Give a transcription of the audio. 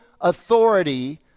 authority